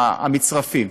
המצרפים,